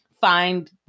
find